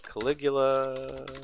Caligula